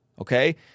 okay